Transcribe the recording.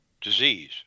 disease